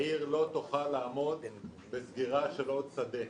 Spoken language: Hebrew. העיר לא תוכל לעמוד בסגירה של עוד שדה.